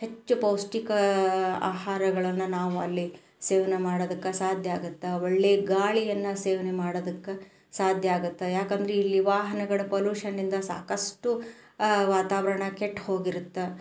ಹೆಚ್ಚು ಪೌಷ್ಠಿಕ ಆಹಾರಗಳನ್ನು ನಾವು ಅಲ್ಲಿ ಸೇವನೆ ಮಾಡೋದಕ್ಕೆ ಸಾಧ್ಯ ಆಗತ್ತೆ ಒಳ್ಳೆ ಗಾಳಿಯನ್ನು ಸೇವನೆ ಮಾಡೋದಕ್ಕೆ ಸಾಧ್ಯ ಆಗತ್ತೆ ಯಾಕಂದ್ರೆ ಇಲ್ಲಿ ವಾಹನಗಳ ಪಲೂಷನಿಂದ ಸಾಕಷ್ಟು ವಾತಾವರಣ ಕೆಟ್ಟು ಹೋಗಿರತ್ತೆ